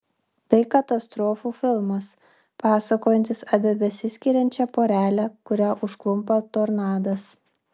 tai katastrofų filmas pasakojantis apie besiskiriančią porelę kurią užklumpa tornadas